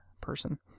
person